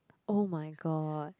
oh-my-god